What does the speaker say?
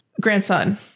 Grandson